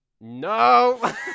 No